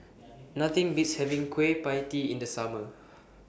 Nothing Beats having Kueh PIE Tee in The Summer